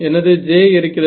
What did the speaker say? எனது J இருக்கிறது